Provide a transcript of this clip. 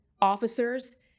officers